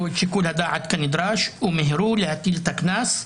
שיקול דעת כנדרש ומיהרו להטיל קנס,